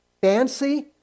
fancy